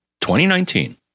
2019